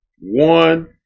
one